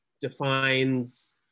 defines